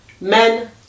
men